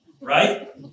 right